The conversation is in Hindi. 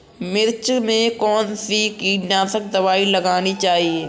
मिर्च में कौन सी कीटनाशक दबाई लगानी चाहिए?